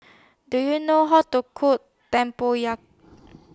Do YOU know How to Cook Tempoyak